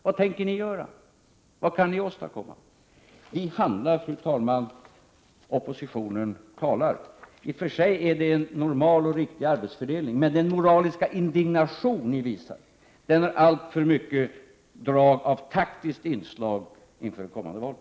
Vad tänker ni göra, och vad kan ni åstadkomma? Fru talman! Vi handlar — oppositionen talar. Detta är i och för sig en normal och riktig arbetsfördelning, men den moraliska indignation som de borgerliga visar har alltför mycket drag av taktik inför det kommande valet.